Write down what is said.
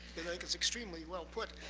think it's extremely well put.